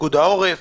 פיקוד העורף יודע,